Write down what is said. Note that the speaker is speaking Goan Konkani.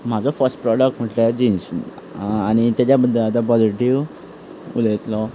म्हजो फर्स्ट प्रॉडक्ट म्हणल्यार जिन्स आनी तेच्या बद्दल आतां पोजिटिव्ह उलयतलों